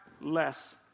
less